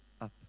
up